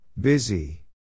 Busy